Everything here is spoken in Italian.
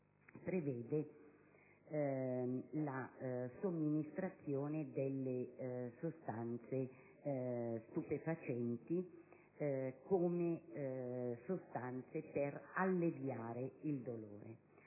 prevede la somministrazione delle sostanze stupefacenti come sostanze per alleviare il dolore.